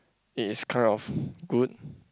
it is kind of good